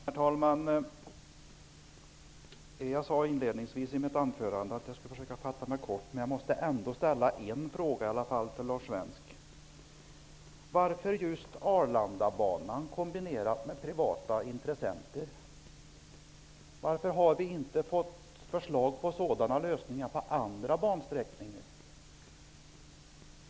Herr talman! Jag sade i mitt anförande inledningsvis att jag skulle försöka fatta mig kort, men jag måste ändå ställa en fråga till Lars Svensk. Varför är det just Arlandabanan som skall kombineras med privata intressenter? Varför har vi inte fått förslag till sådana lösningar när det gäller andra bansträckningar?